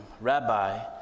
Rabbi